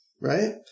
right